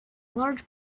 large